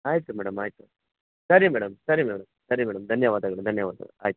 ಆಯಿತು ಮೇಡಮ್ ಆಯಿತು ಸರಿ ಮೇಡಮ್ ಸರಿ ಮೇಡಮ್ ಸರಿ ಮೇಡಮ್ ಧನ್ಯವಾದಗಳು ಧನ್ಯವಾದಗಳು ಆಯ್ತು